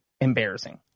embarrassing